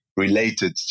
related